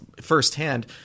firsthand